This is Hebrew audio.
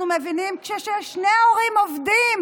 אנחנו מבינים, כששני ההורים עובדים